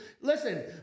listen